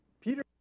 Peter